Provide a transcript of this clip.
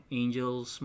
angels